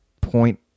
point